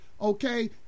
okay